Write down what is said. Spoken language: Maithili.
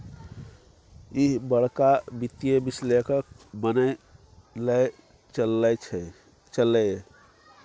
ईह बड़का वित्तीय विश्लेषक बनय लए चललै ये